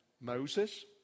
Moses